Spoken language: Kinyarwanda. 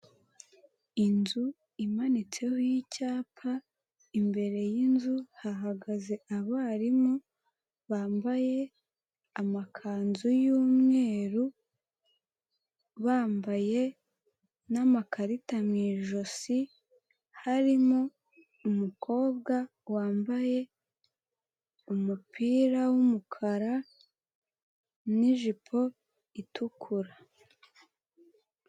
Inzu imanitseho icyapa imbere yinzu hahagaze abarimu bambaye amakanzu y'umweru, bambaye n'amakarita mu ijosi harimo umukobwa wambaye umupira w'umukara n'ijipo itukura.